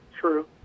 true